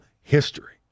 history